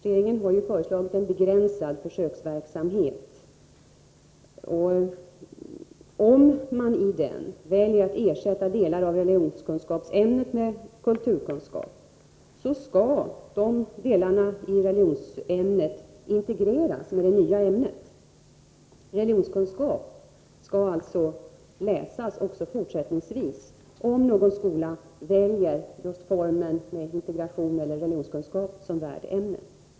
Regeringen har föreslagit en begränsad försöksverksamhet, och om man i denna väljer att ersätta delar av religionkunskapsämnet med kulturkunskap, så skall de delarna i religionsämnet integreras med det nya ämnet. Religionskunskap skall alltså läsas också fortsättningsvis, om någon skola väljer just formen med integration med religionskunskap som värdämne.